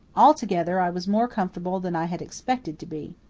altogether, i was more comfortable than i had expected to be.